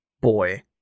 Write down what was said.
boy